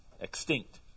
extinct